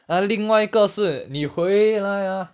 ah 另外一个是你回